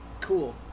Cool